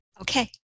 Okay